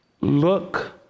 Look